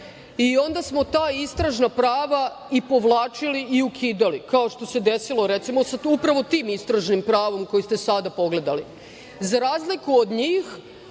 i onda smo ta istražna prava povlačili i ukidali, kao što se desilo recimo sa upravo tim istražnim pravom koje ste sada pogledali, za razliku od njih